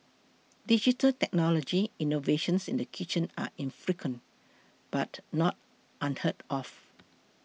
digital technology innovations in the kitchen are infrequent but not unheard of